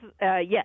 Yes